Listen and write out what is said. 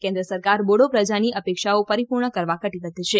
કેન્દ્ર સરકાર બોડો પ્રજાની અપેક્ષાઓ પરિપૂર્ણ કરવા કટીબદ્ધ છે